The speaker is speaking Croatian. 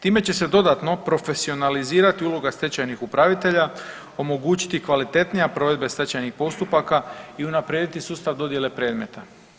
Time će se dodatno profesionalizirati uloga stečajnih upravitelja, omogućiti kvalitetnija provedba stečajnih postupaka i unaprijediti sustav dodijele predmeta.